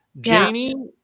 Janie